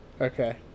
Okay